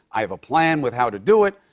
i have a plan with how to do it.